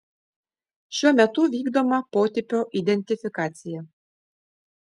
šiuo metu vykdoma potipio identifikacija